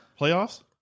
playoffs